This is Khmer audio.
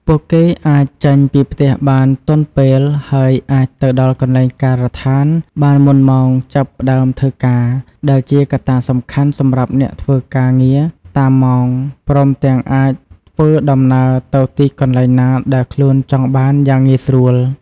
ពួកគេអាចចេញពីផ្ទះបានទាន់ពេល ហើយអាចទៅដល់កន្លែងការដ្ឋានបានមុនម៉ោងចាប់ផ្តើមធ្វើការដែលជាកត្តាសំខាន់សម្រាប់អ្នកធ្វើការងារតាមម៉ោង ព្រមទាំងអាចធ្វើដំណើរទៅទីកន្លែងណាដែលខ្លួនចង់បានយ៉ាងងាយស្រួល។